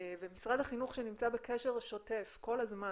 ומשרד החינוך שנמצא בקשר שוטף כל הזמן